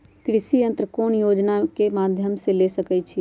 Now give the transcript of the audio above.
कृषि यंत्र कौन योजना के माध्यम से ले सकैछिए?